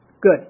Good